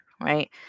right